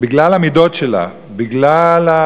בגלל המידות שלה, בגלל,